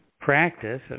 practice